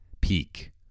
peak